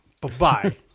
Bye-bye